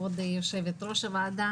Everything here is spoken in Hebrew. כבוד יושבת-ראש הוועדה,